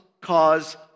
cause